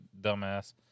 dumbass